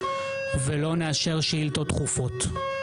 ולא נאשר שאילתות דחופות.